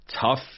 tough